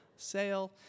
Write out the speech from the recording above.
sale